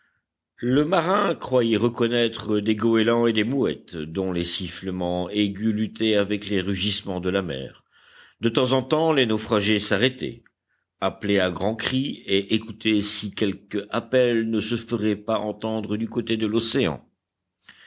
le marin croyait reconnaître des goélands et des mouettes dont les sifflements aigus luttaient avec les rugissements de la mer de temps en temps les naufragés s'arrêtaient appelaient à grands cris et écoutaient si quelque appel ne se ferait pas entendre du côté de l'océan